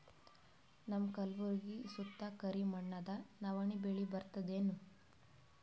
ನಮ್ಮ ಕಲ್ಬುರ್ಗಿ ಸುತ್ತ ಕರಿ ಮಣ್ಣದ ನವಣಿ ಬೇಳಿ ಬರ್ತದೇನು?